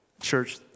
church